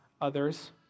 others